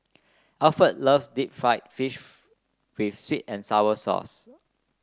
Alford loves Deep Fried Fish with sweet and sour sauce